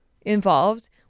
involved